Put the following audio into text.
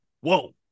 Whoa